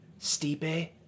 Stipe